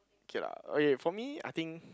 ok lah ok for me I think